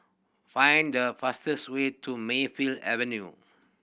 find the fastest way to Mayfield Avenue